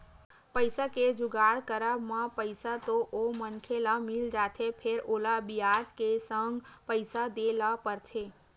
पइसा के जुगाड़ करब म पइसा तो ओ मनखे ल मिल जाथे फेर ओला बियाज के संग पइसा देय ल परथे